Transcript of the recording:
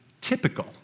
typical